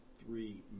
three